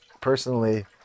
personally